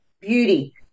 beauty